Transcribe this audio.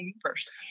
First